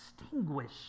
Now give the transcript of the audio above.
extinguish